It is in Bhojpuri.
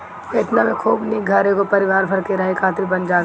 एतना में खूब निक घर एगो परिवार भर के रहे खातिर बन जात बाटे